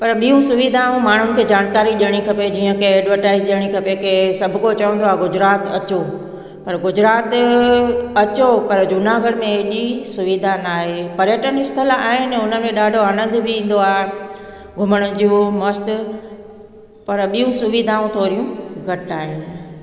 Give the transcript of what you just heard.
पर ॿियूं सुविधाऊं माण्हुनि खे जानकारी ॾियणी खपे जीअं के एडवरटाइज़ ॾियणी खपे के सभु को चवंदो आहे गुजरात अचो पर गुजरात अचो पर जूनागढ़ में हेॾी सुविधा नाहे पर्यटन स्थल आहिनि हुन में ॾाढो आनंद बि ईंदो आहे घुमण जो मस्त पर ॿियूं सुविधाऊं थोरियूं घटि आहिनि